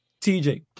TJ